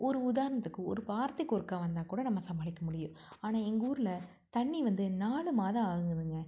ஒரு உதாரணத்துக்கு ஒரு வாரத்துக்கு ஒருக்கா வந்தால் கூட நம்ம சமாளிக்க முடியும் ஆனால் எங்கள் ஊரில் தண்ணி வந்து நாலு மாதம் ஆகுதுங்க